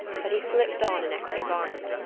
but he slipped on an extra garment.